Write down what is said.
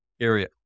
area